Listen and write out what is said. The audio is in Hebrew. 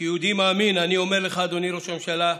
כיהודי מאמין אני אומר לך, אדוני ראש הממשלה,